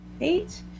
Eight